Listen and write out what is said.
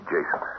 Jason